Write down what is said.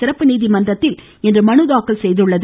சிறப்பு நீதிமன்றத்தில் இன்று மனுதாக்கல் செய்துள்ளது